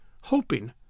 hoping